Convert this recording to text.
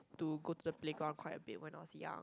to go to the playground quite a bit when I was young